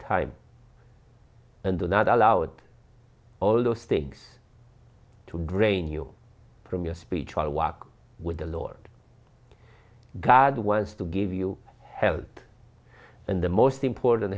time and do not allow it all those things to drain you from your speech i walk with the lord god wants to give you health and the most important